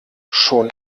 schon